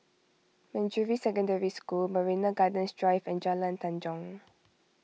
Manjusri Secondary School Marina Gardens Drive and Jalan Tanjong